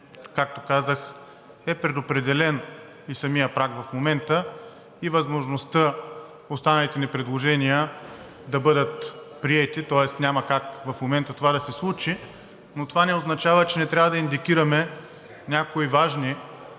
както казах, че е предопределен и самият праг в момента, и възможността останалите ни предложения да бъдат приети, тоест няма как в момента това да се случи, но това не означава, че не трябва да индикираме някои важни